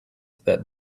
that